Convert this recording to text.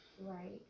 Right